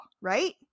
right